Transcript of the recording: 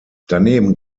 daneben